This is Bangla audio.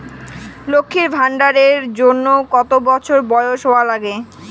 লক্ষী ভান্ডার এর জন্যে কতো বছর বয়স হওয়া লাগে?